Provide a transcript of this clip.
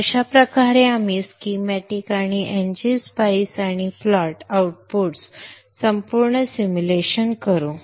तर अशा प्रकारे आम्ही स्कीमॅटिक्स आणि एनजी स्पाईस आणि प्लॉट आऊट्सपासून संपूर्ण सिम्युलेशन करू